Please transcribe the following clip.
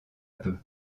peu